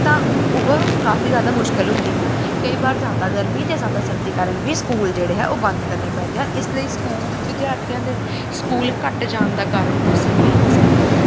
ਤਾਂ ਉਹ ਕਾਫ਼ੀ ਜ਼ਿਆਦਾ ਮੁਸ਼ਕਿਲ ਹੁੰਦੀ ਹੈ ਕਈ ਵਾਰ ਜ਼ਿਆਦਾ ਗਰਮੀ ਅਤੇ ਜ਼ਿਆਦਾ ਸਰਦੀ ਕਾਰਣ ਵੀ ਸਕੂਲ ਜਿਹੜੇ ਆ ਉਹ ਬੰਦ ਕਰਨੇ ਪੈਂਦੇ ਆ ਇਸ ਲਈ ਸਕੂਲ ਵਿਦਿਆਰਥੀਆਂ ਦੇ ਸਕੂਲ ਘੱਟ ਜਾਣ ਦਾ ਕਾਰਣ ਮੌਸਮ ਵੀ ਹੋ ਸਕਦਾ ਹੈ